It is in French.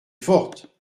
forte